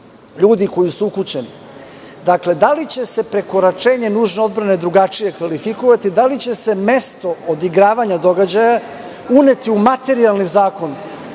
ljudi koji su ukućani, dakle, da li će se prekoračenje nužne odbrane drugačije kvalifikovati? Da li će se mesto odigravanja događaja uneti u materijalni zakon